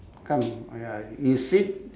come ya you sit